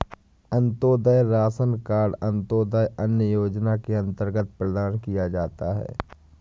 Antyodaya ration card अंत्योदय अन्न योजना के अंतर्गत प्रदान किया जाता है